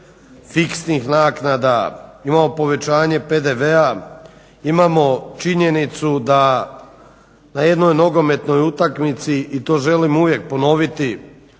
fiksnih naknada, imamo povećanje PDV-a, imamo činjenicu da na jednoj nogometnoj utakmici i to želim uvijek ponoviti